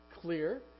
clear